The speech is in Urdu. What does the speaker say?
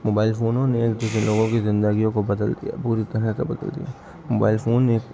موبائل فونوں نے ایک دوسرے لوگوں کی زندگیوں کو بدل دیا بوری طرح سے بدل دیا موبائل فون نے